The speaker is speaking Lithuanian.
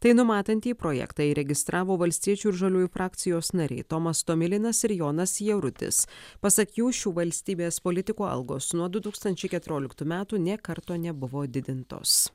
tai numatantį projektą įregistravo valstiečių ir žaliųjų frakcijos nariai tomas tomilinas ir jonas jarutis pasak jų šių valstybės politikų algos nuo du tūkstančiai keturioliktų metų nė karto nebuvo didintos